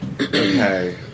okay